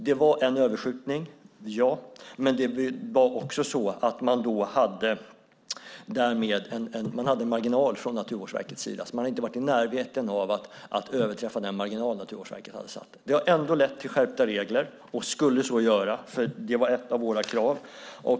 Det var en överskjutning, men Naturvårdsverket hade en marginal. Man har inte varit i närheten av att överträffa den marginal som Naturvårdsverket hade satt upp. Det har ändå lett till skärpta regler, och det skulle så göra. Det här var ett av våra krav.